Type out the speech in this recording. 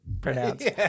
pronounced